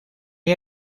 jij